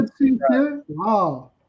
Wow